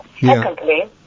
Secondly